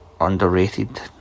underrated